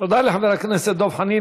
תודה לחבר הכנסת דב חנין.